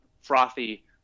frothy